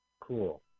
Cool